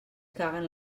caguen